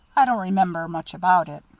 i don't remember much about it.